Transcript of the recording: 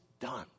done